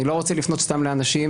אני לא רוצה לפנות סתם לאנשים.